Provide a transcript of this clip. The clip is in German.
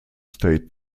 state